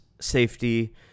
safety